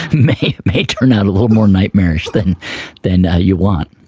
may may turn out little more nightmarish than than you want.